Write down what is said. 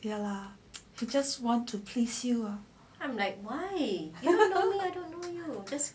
ya lah he just want to please you lah